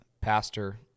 pastor